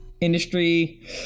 industry